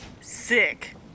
Sick